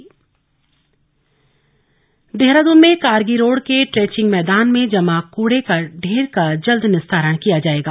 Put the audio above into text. कूड़ा निस्तारण देहरादून में कारगी रोड़ के ट्रेचिंग मैदान में जमा कूड़े के ढेर का जल्द निस्तारण किया जाएगा